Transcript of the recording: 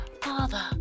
Father